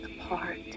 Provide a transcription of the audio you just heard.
apart